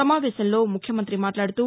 సమావేశంలో ముఖ్యమంతి మాట్లాడుతూ